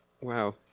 Wow